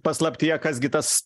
paslaptyje kas gi tas